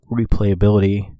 replayability